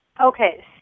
Okay